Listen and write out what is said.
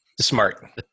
Smart